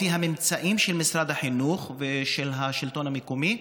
לפי הממצאים של משרד החינוך ושל השלטון המקומי,